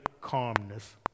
calmness